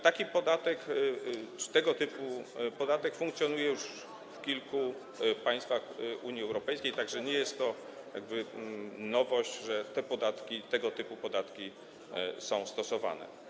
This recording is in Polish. Taki podatek czy tego typu podatek funkcjonuje już w kilku państwach Unii Europejskiej, tak że nie jest to nowość, że tego typu podatki są stosowane.